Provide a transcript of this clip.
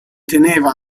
teneva